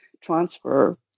transfer